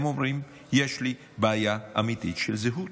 הם אומרים: יש לי בעיה אמיתית של זהות.